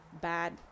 bad